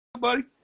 buddy